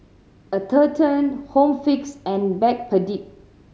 Atherton Home Fix and Backpedic